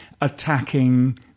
attacking